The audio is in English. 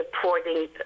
supporting